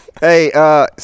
Hey